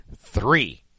three